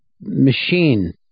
machine